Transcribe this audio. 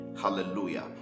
Hallelujah